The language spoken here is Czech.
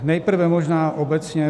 Nejprve možná obecně.